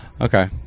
Okay